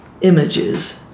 images